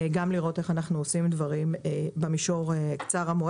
גם לראות איך אנחנו עושים דברים במישור קצר-המועד,